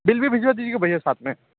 bill भी भिजवा दीजिएगा भैया साथ में